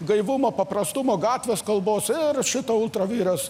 gaivumo paprastumo gatvės kalbos ir šitą ultravires